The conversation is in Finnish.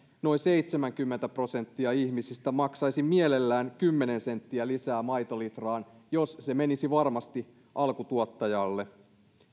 noin seitsemänkymmentä prosenttia ihmisistä maksaisi mielellään kymmenen senttiä lisää maitolitraan jos se menisi varmasti alkutuottajalle